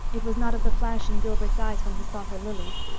it was not of the flash in gilbert's eyes when he saw her lilies,